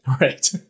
Right